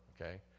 okay